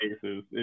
cases